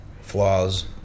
flaws